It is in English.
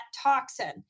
toxin